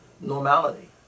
normality